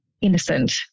innocent